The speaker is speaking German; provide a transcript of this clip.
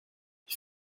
ich